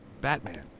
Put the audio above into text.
Batman